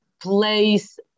place